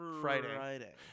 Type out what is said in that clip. Friday